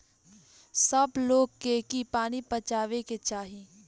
सब लोग के की पानी बचावे के चाही